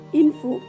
info